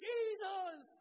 Jesus